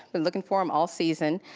been looking for them all season,